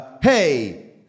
hey